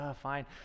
fine